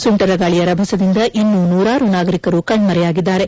ಸುಂಟರಗಾಳಿಯ ರಭಸದಿಂದ ಇನ್ನೂ ನೂರಾರು ನಾಗರಿಕರು ಕಣ್ಣರೆಯಾಗಿದ್ದಾರೆ